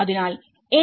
അതിനാൽ 7